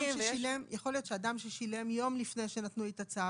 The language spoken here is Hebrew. יכול להיות שאדם ששילם יום לפני שנתנו את הצו,